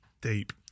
Deep